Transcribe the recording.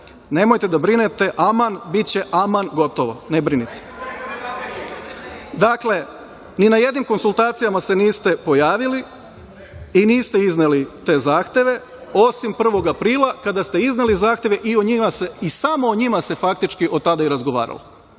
Nemojte da brinete, aman, biće aman gotovo, ne brinite. Dakle, ni na jednim konsultacijama se niste pojavili i niste izneli te zahteve, osim 1. aprila, kada ste izneli zahteve i o njima se i samo o njima se faktički od tada i razgovaralo,